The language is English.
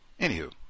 anywho